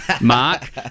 Mark